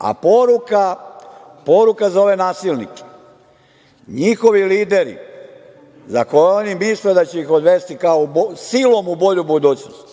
desi. Poruka za ove nasilnike - njihovi lideri, za koje oni misle da će ih odvesti silom u bolju budućnost,